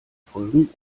folgen